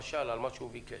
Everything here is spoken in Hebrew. כמשל, על מה שהוא ביקש.